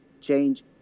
change